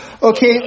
Okay